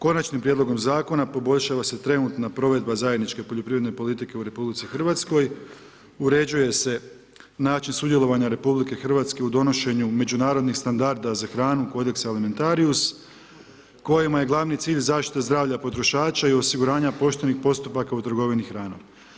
Konačnim prijedlogom zakona poboljšava se trenutna provedba zajedničke poljoprivredne politike u RH, uređuje se način sudjelovanja RH u donošenju međunarodnih standarda za hranu, kodeks alimentarijus, kojima je zaštiti cilj zaštita zdravlja potrošača i osiguranja poštenih postupaka u trgovini hranom.